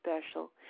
special